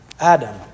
Adam